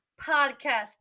podcast